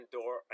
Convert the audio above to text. Door